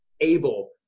able